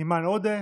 איימן עודה,